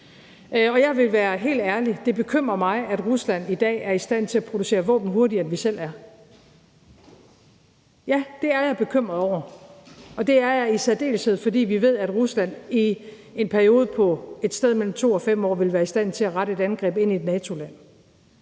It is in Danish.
Og jeg vil være helt ærlig og sige, at det bekymrer mig, at Rusland i dag er i stand til at producere våben hurtigere, end vi selv er. Ja, det er jeg bekymret over, og det er jeg i særdeleshed, fordi vi ved, at Rusland i en periode på et sted mellem 2 og 5 år vil være i stand til at rette et angreb ind i et NATO-land.